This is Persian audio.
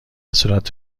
صورت